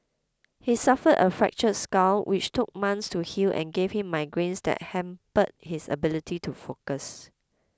he suffered a fractured skull which took months to heal and gave him migraines that hampered his ability to focus